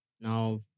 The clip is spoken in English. now